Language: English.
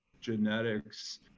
genetics